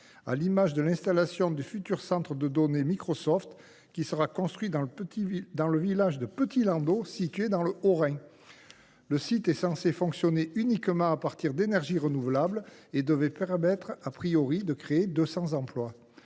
à l’image de l’installation du futur centre de données de Microsoft dans le village de Petit Landau, dans le Haut Rhin. Le site est censé fonctionner uniquement à partir d’énergies renouvelables et devrait permettre,, de créer 200 emplois.